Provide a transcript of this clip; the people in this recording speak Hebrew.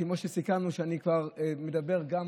כמו שסיכמנו, אני אדבר גם